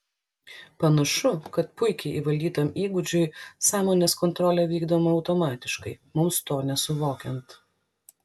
panašu kad puikiai įvaldytam įgūdžiui sąmonės kontrolė vykdoma automatiškai mums to nesuvokiant